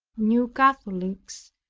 new catholics,